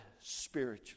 spiritually